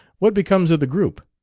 what becomes of the group?